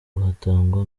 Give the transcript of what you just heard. hatangwa